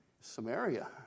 Samaria